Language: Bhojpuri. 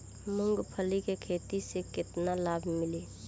मूँगफली के खेती से केतना लाभ मिली?